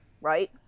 right